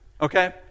Okay